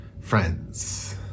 friends